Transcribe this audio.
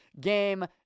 game